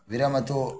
विरमतु